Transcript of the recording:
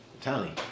Tony